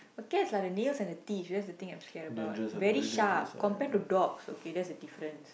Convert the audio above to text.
okay lah it's like the nails and teeth that's the thing I'm scared about very sharp compared to dogs okay that's the difference